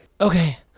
Okay